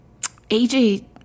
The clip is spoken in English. AJ